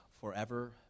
forever